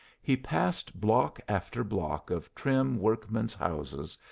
he passed block after block of trim work-men's houses,